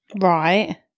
right